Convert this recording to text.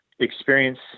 experience